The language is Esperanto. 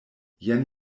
jen